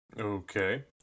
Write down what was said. Okay